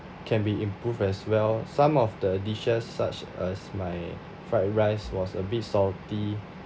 can be improve as well some of the dishes such as my fried rice was a bit salty